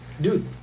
Dude